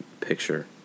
picture